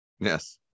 yes